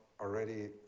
already